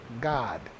God